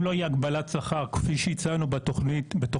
אם לא תהיה הגבלת שכר כפי שהצענו בתוכנית